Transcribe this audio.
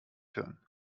hören